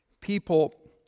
People